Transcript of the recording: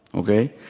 okay?